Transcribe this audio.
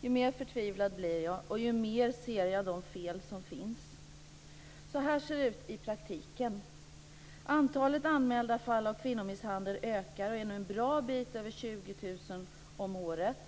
desto mer förtvivlad blir jag och desto mer ser jag de fel som finns. Så här ser det ut i praktiken: Antalet anmälda fall av kvinnomisshandel ökar och är nu en bra bit över 20 000 om året.